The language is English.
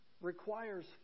requires